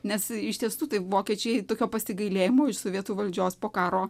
nes iš tiesų tai vokiečiai tokio pasigailėjimo iš sovietų valdžios po karo